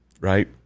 Right